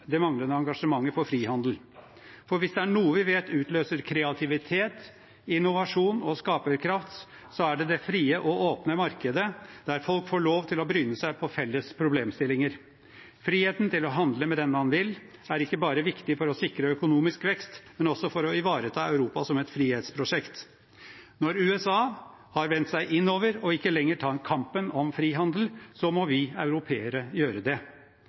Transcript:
engasjementet for frihandel. Er det noe vi vet utløser kreativitet, innovasjon og skaperkraft, er det det frie og åpne markedet der folk får lov til å bryne seg på felles problemstillinger. Friheten til å handle med dem man vil, er ikke bare viktig for å sikre økonomisk vekst, men også for å ivareta Europa som et frihetsprosjekt. Når USA har vendt seg innover og ikke lenger tar kampen om frihandel, må vi europeere gjøre det.